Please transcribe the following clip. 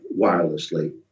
wirelessly